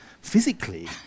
physically